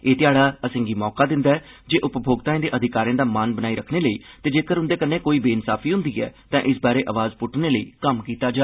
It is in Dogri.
एह् ध्याड़ा असेंगी मौका दिंदा ऐ जे उपभोक्ताएं दे अधिकारें दा मान बनाई रखने लेई ते जेकर उन्दे कन्नै कोई अन्याय हुंदा ऐ तां इस बारै अवाज़ पुट्टने लेई कम्म कीता जा